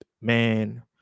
man